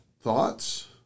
Thoughts